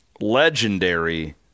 legendary